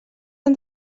han